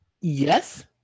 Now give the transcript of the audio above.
yes